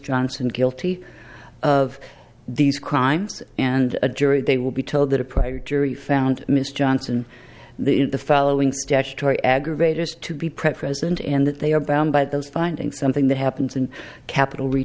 johnson guilty of these crimes and a jury they will be told that a prior jury found mr johnson in the following statutory aggravators to be present in that they are bound by those finding something that happens in capital re